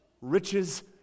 riches